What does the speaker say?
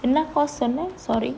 என்ன:enna course சொன்னே:sonne sorry